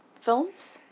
films